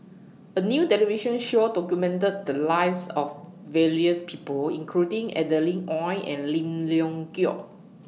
A New television Show documented The Lives of various People including Adeline Ooi and Lim Leong Geok